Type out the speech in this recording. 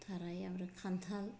थाराय ओमफ्राय खान्थाल